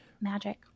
magic